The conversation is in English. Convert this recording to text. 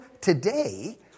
today